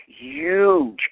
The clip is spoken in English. huge